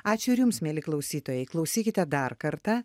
ačiū ir jums mieli klausytojai klausykite dar kartą